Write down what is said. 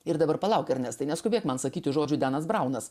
ir dabar palauk ernestai neskubėk man sakyti žodžių denas braunas